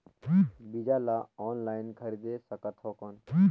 बीजा ला ऑनलाइन खरीदे सकथव कौन?